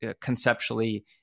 conceptually